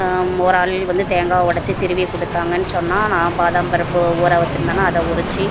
ஒரு ஆள் வந்து தேங்காவை ஒடைச்சி துருவி கொடுத்தாங்கன்னு சொன்னால் நான் பாதாம் பருப்பு ஊற வைச்சிருந்தேனா அதை உரித்து